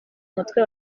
mutwe